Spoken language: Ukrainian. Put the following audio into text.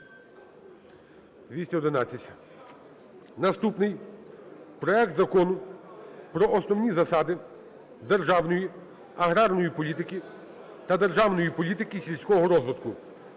За-211 Наступний. Проект Закону про основні засади державної аграрної політики та державної політики сільського розвитку